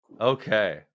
okay